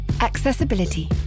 Accessibility